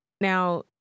Now